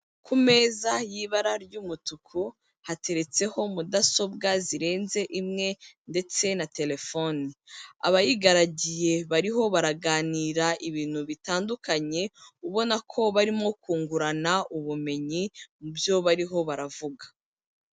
Ku meza y'ibara ry'umutuku hateretseho mudasobwa zirenze imwe ndetse na telefone. Abayigaragiye bariho baraganira ibintu bitandukanye, ubona ko barimo kungurana ubumenyi mu byo bariho baravuga.